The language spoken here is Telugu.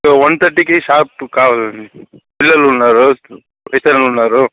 వన్ థర్టీకి షార్ప్ కావాలండి పిల్లలు ఉన్నారు పెద్దలు ఉన్నారు